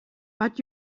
but